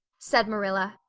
said marilla.